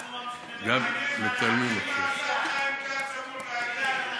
חיים כץ אמור להגיב,